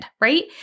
right